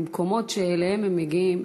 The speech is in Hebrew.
במקומות שאליהם הם מגיעים,